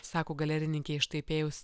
sako galerininke iš taipėjaus